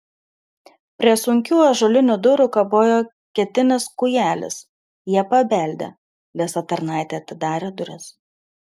prie sunkių ąžuolinių durų kabojo ketinis kūjelis jie pabeldė liesa tarnaitė atidarė duris